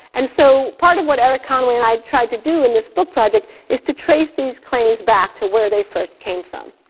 and so part of what erik conway and i tried to do in this book project is to trace these claims back to where they first came from.